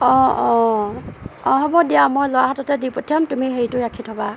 অঁ অঁ অঁ হ'ব দিয়া মই ল'ৰা হাততে দি পঠিয়াম তুমি হেৰিটো ৰাখি থ'বা